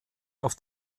auf